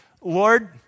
Lord